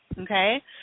Okay